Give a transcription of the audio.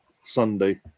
Sunday